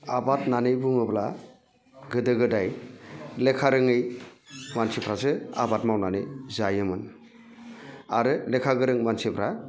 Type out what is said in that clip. आबाद होननानै बुङोब्ला गोदो गोदाय लेखा रोङै मानसिफ्रासो आबाद मावनानै जायोमोन आरो लेखा गोरों मानसिफ्रा